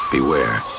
Beware